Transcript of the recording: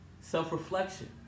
self-reflection